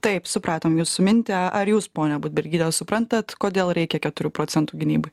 taip supratom jūsų mintį ar jūs ponia budbergyte suprantat kodėl reikia keturių procentų gynybai